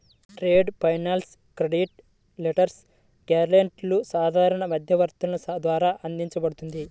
trade finance credit letters, గ్యారెంటీలు సాధారణ మధ్యవర్తుల ద్వారా అందించబడుతుంది